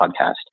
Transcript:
podcast